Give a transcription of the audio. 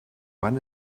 wann